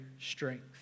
strength